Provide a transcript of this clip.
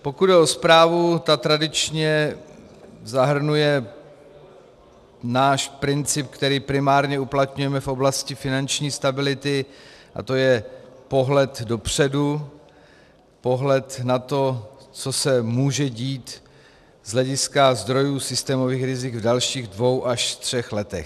Pokud jde o zprávu, ta tradičně zahrnuje náš princip, který primárně uplatňujeme v oblasti finanční stability, a to je pohled dopředu, pohled na to, co se může dít z hlediska zdrojů systémových rizik v dalších dvou až třech letech.